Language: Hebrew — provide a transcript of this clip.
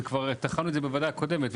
זה כבר טחנו את זה בוועדה הקודמת.